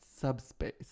subspace